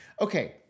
Okay